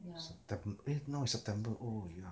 s~ septem~ eh now it's september oh ya